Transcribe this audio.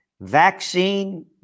Vaccine